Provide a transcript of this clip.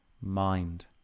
mind